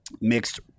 Mixed